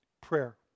Prayer